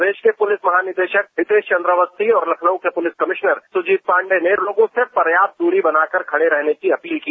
प्रदेश के पुलिस महानिदेशक हितेश चंद्र अवस्थी और लखनऊ के पुलिस कमिश्नर सुजीत पांडे ने लोगों से पर्याप्त दूरी बनाकर खड़े रहने की अपील की